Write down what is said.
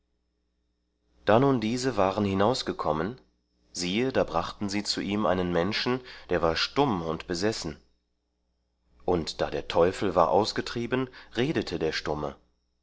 da nun diese waren hinausgekommen siehe da brachten sie zu ihm einen menschen der war stumm und besessen und da der teufel war ausgetrieben redete der stumme